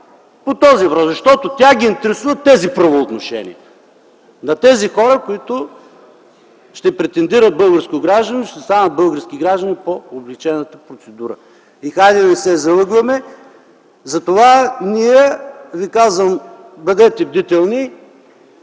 по този въпрос, защото тях ги интересуват тези правоотношения – на тези хора, които ще претендират българско гражданство и ще станат български граждани по облекчената процедура. Хайде да не се залъгваме. Затова ви казвам: бъдете бдителни,